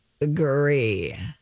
agree